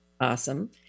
Awesome